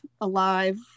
alive